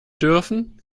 dürfen